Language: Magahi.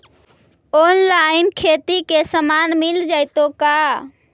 औनलाइन खेती के सामान मिल जैतै का?